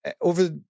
over